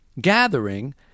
gathering